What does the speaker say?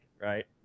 right